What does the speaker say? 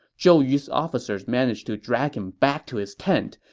zhou yu's officers managed to drag him back to his tent,